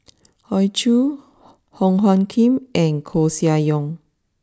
Hoey Choo Wong Hung Khim and Koeh Sia Yong